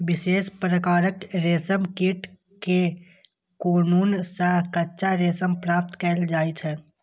विशेष प्रकारक रेशम कीट के कोकुन सं कच्चा रेशम प्राप्त कैल जाइ छै